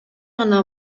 гана